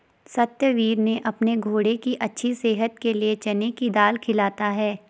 सत्यवीर ने अपने घोड़े की अच्छी सेहत के लिए चने की दाल खिलाता है